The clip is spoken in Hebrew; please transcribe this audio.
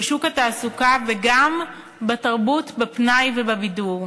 בשוק התעסוקה וגם בתרבות, בפנאי ובבידור.